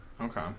Okay